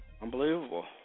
Unbelievable